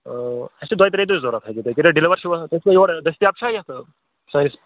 اۭں اَسہِ چھُ دۄیہِ ترٛیہِ دۅہۍ ضوٚرَتھ ہیٚکِو تُہۍ کٔرِو ڈِلِوَر چھُوا تُہۍ چھُوا یور دٔستیاب چھا یَتھ سٲنِس